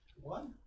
one